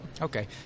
Okay